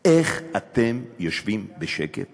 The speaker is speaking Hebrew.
איך אתם יושבים בשקט